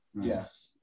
Yes